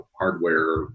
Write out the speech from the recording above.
hardware